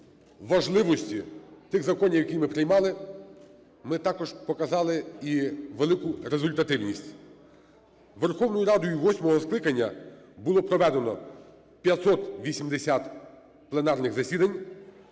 важливості тих законів, які ми приймали, ми також показати і велику результативність. Верховною Радою восьмого скликання було проведено 580 пленарних засідань,